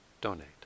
donate